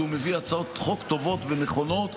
כי הוא מביא הצעות חוק טובות ונכונות.